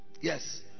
Yes